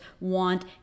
want